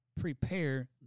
prepare